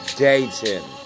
dating